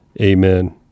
Amen